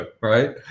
right